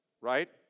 right